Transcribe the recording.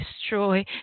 destroy